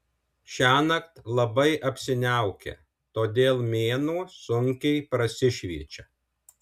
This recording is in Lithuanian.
šiąnakt labai apsiniaukę todėl mėnuo sunkiai prasišviečia